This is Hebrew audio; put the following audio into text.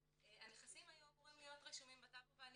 הנכסים היו אמורים להיות רשומים בטאבו ואני